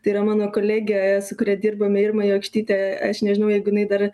tai yra mano kolegė su kuria dirbame irma jokštytė aš nežinau jeigu jinai dar